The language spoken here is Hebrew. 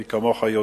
מי כמוך יודע,